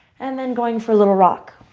and then going for a little rock.